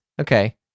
Okay